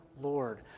Lord